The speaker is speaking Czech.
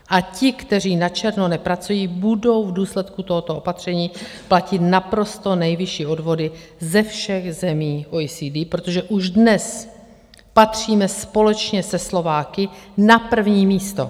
A ti, kteří načerno nepracují, budou v důsledku tohoto opatření platit naprosto nejvyšší odvody ze všech zemí OECD, protože už dnes patříme společně se Slováky na první místo.